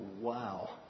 wow